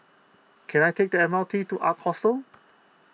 can I take the M R T to Ark Hostel